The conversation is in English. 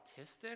autistic